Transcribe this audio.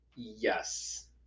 yes